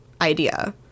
idea